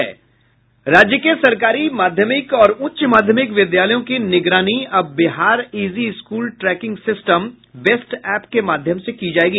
राज्य के सरकारी माध्यमिक और उच्च माध्यमिक विद्यालयों की निगरानी अब Bihar easy school tracking system based app के माध्यम से की जायेगी